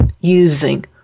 using